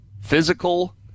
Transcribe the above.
Physical